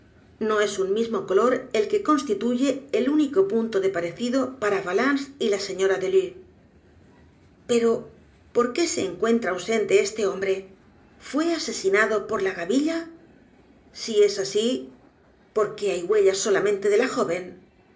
no es u n mismo color el que constituye el único punto de parecido p a r a el misterio de maría rogét valence y la señora delue p e r o por qué se encuent r a ausente este hombre fué asesinado por la gavilla si es así por qué hay huellas solamente de la joven